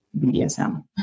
BDSM